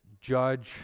judge